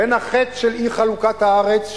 בין החטא של אי-חלוקת הארץ,